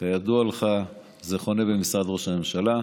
כידוע לך, זה חונה במשרד ראש הממשלה.